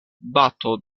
bato